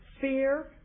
fear